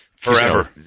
Forever